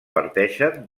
parteixen